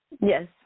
yes